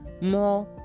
more